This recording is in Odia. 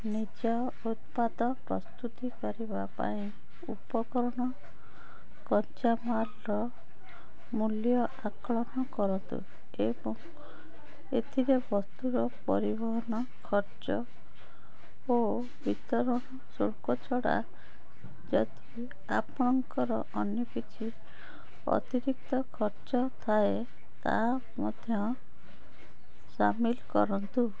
ନିଜ ଉତ୍ପାଦ ପ୍ରସ୍ତୁତି କରିବା ପାଇଁ ଉପକରଣ ଓ କଞ୍ଚାମାଲର ମୂଲ୍ୟ ଆକଳନ କରନ୍ତୁ ଏବଂ ଏଥିରେ ବସ୍ତୁର ପରିବହନ ଖର୍ଚ୍ଚ ଓ ବିତରଣ ଶୁଳ୍କ ଛଡ଼ା ଯଦି ଆପଣଙ୍କର ଅନ୍ୟ କିଛି ଅତିରିକ୍ତ ଖର୍ଚ୍ଚ ଥାଏ ତାହା ମଧ୍ୟ ସାମିଲ କରନ୍ତୁ